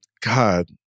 God